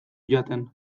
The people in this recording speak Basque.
jaten